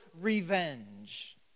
revenge